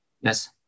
Yes